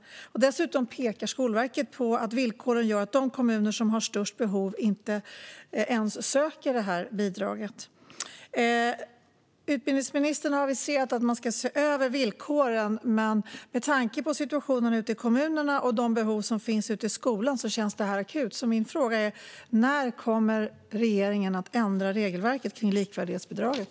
Dessutom pekar Skolverket på att villkoren gör att de kommuner som har störst behov inte ens söker bidraget. Utbildningsministern har aviserat att man ska se över villkoren, men med tanke på situationen ute i kommunerna och de behov som finns i skolan känns detta akut. Min fråga är: När kommer regeringen att ändra regelverket kring likvärdighetsbidraget?